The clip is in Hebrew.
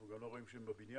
גם לא רואים שהם בבניין.